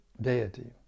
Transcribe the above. deity